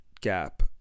gap